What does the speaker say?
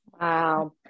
Wow